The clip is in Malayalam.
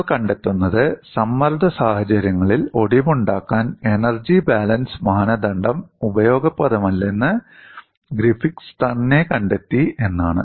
നിങ്ങൾ കണ്ടെത്തുന്നത് സമ്മർദ്ദ സാഹചര്യങ്ങളിൽ ഒടിവുണ്ടാക്കാൻ എനർജി ബാലൻസ് മാനദണ്ഡം ഉപയോഗപ്രദമല്ലെന്ന് ഗ്രിഫിത്ത് തന്നെ കണ്ടെത്തി എന്നാണ്